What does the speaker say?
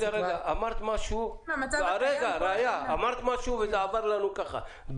אמרת משהו וזה עבר לנו ככה.